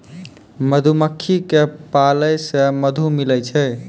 मधुमक्खी क पालै से मधु मिलै छै